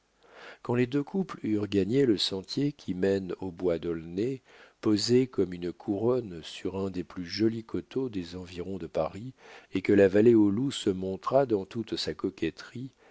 quand les deux couples eurent gagné le sentier qui mène aux bois d'aulnay posés comme une couronne sur un des plus jolis coteaux des environs de paris et que la vallée aux loups se montra dans toute sa coquetterie